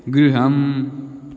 गृहम्